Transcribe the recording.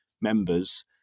members